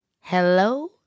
Hello